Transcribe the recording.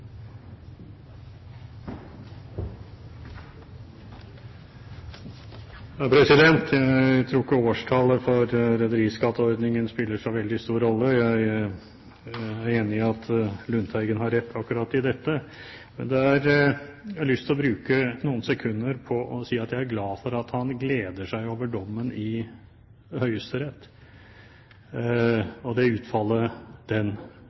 årstallet for rederiskatteordningen spiller så veldig stor rolle. Jeg er enig i at Lundteigen har rett i akkurat dette. Jeg har lyst til å bruke noen sekunder på å si at jeg er glad for at han gleder seg over dommen i Høyesterett, og det utfallet den